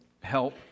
help